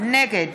נגד